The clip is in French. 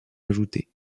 ajoutée